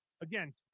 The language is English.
again